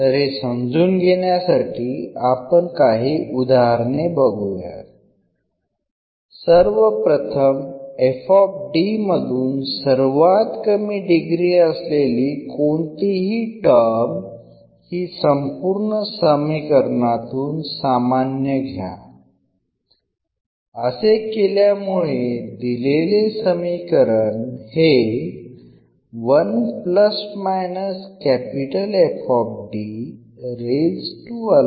तर हे समजून घेण्यासाठी आपण काही उदाहरणे बघूयात सर्वप्रथम मधून सर्वात कमी डिग्री असलेली कोणतीही टर्म ही संपूर्ण समीकरणातून सामान्य घ्या असे केल्यामुळे दिलेले समीकरण हे रूपांतरित होईल